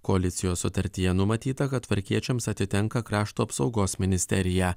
koalicijos sutartyje numatyta kad tvarkiečiams atitenka krašto apsaugos ministerija